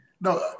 No